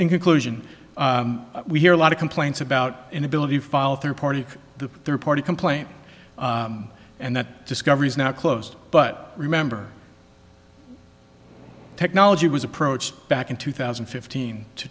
conclusion we hear a lot of complaints about inability fall third party the third party complaint and that discovery is now closed but remember technology was approached back in two thousand and fifteen to